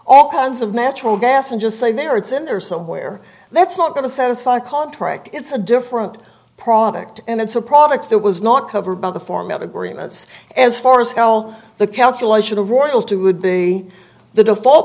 all kinds of natural gas and just say there it's in there somewhere that's not going to satisfy a contract it's a different product and it's a product that was not covered by the format agreements as far as hell the calculation of royalty would be the default